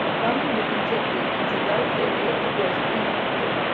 funding was injected into those areas worst impacted.